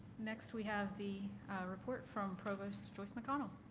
next we have the report from provost joyce mcconnell.